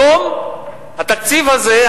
היום התקציב הזה,